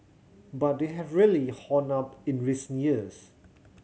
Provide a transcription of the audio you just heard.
but they have really honed up in recent years